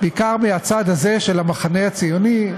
בעיקר מהצד הזה של המחנה הציוני,